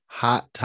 hot